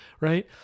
right